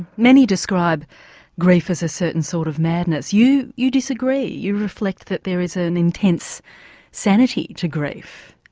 many describe grief as a certain sort of madness. you you disagree you reflect that there is an intense sanity to grief.